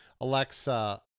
Alexa